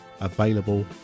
available